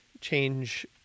change